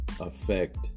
affect